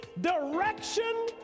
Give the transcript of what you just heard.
direction